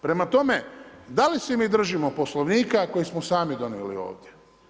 Prema tome, da li se mi držimo Poslovnika koji smo sami donijeli ovdje?